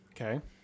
Okay